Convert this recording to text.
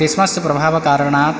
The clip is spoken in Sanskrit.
ग्रीष्मस्स प्रभावकारणात्